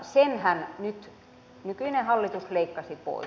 senhän nyt nykyinen hallitus leikkasi pois